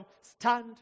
stand